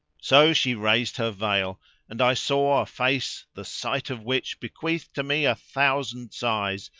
so she raised her veil and i saw a face the sight of which bequeathed to me a thousand sighs,